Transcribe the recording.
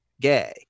gay